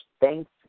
thanks